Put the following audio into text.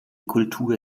kultur